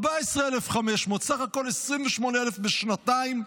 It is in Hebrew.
14,500. סך הכול 28,000 בשנתיים,